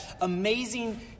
amazing